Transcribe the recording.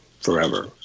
forever